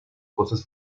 cosas